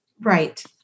Right